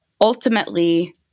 ultimately